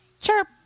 Chirp